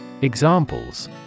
Examples